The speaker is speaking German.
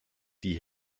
die